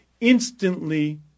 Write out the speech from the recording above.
instantly